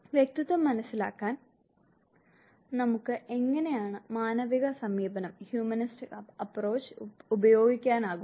വ്യക്തിത്വം മനസ്സിലാക്കാൻ നമുക്ക് എങ്ങനെയാണ് മാനവിക സമീപനം ഉപയോഗിക്കാനാകുക